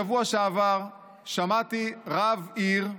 בשבוע שעבר שמעתי רב עיר,